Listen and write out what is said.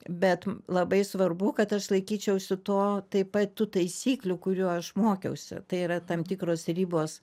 bet labai svarbu kad aš laikyčiausi to taip pat tų taisyklių kurių aš mokiausi tai yra tam tikros ribos